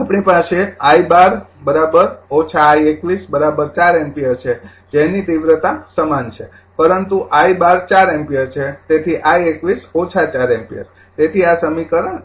આપણી પાસે I૧૨ I૨૧ ૪ એમ્પીયર છે જેની તિવ્રતા સમાન છે પરંતુ I૧૨ ૪ એમ્પીયર છે તેથી I૨૧ ૪ એમ્પીયર તેથી આ સમીકરણ ૧